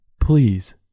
Please